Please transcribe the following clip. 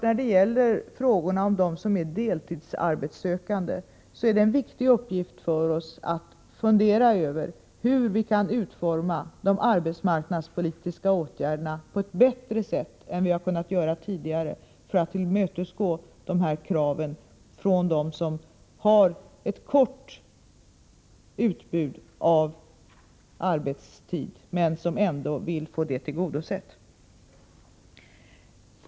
När det gäller de deltidsarbetssökande är det en viktig uppgift för oss att fundera över hur vi skall utforma de arbetsmarknadspolitiska åtgärderna på ett bättre sätt än vi har kunnat göra tidigare, för att tillmötesgå kraven från dem som vill ha kort arbetstid.